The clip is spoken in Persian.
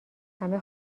همه